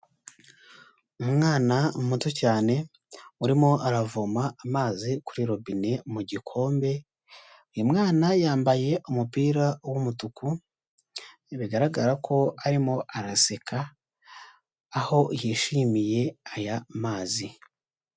Umwana muto cyane, urimo aravoma amazi kuri robine mu gikombe, uyu mwana yambaye umupira w'umutuku, bigaragara ko arimo araseka, aho yishimiye aya mazi.